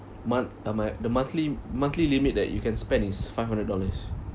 month uh my the monthly monthly limit that you can spend is five hundred dollars